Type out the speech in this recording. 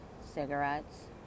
cigarettes